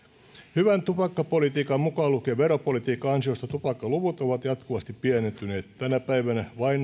hyvän tupakkapolitiikan mukaan lukien veropolitiikan ansiosta tupakkaluvut ovat jatkuvasti pienentyneet tänä päivänä vain